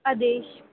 ਆਦੇਸ਼